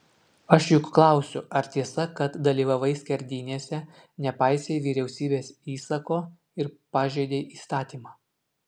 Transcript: aš juk klausiu ar tiesa kad dalyvavai skerdynėse nepaisei vyriausybės įsako ir pažeidei įstatymą